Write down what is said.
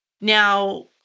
Now